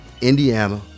Indiana